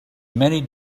many